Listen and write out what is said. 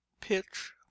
pitch